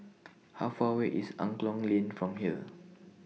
How Far away IS Angklong Lane from here